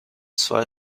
zwei